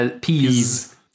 peas